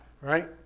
Right